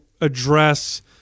address